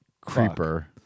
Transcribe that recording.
Creeper